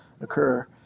occur